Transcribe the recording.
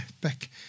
back